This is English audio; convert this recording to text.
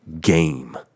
game